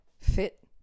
fit